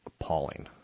appalling